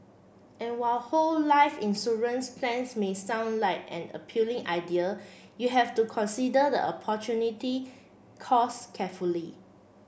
and while whole life insurance plans may sound like an appealing idea you have to consider the opportunity costs carefully